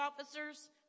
officers